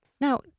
Now